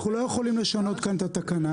אנחנו לא יכולים לשנות כאן את התקנה,